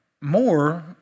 more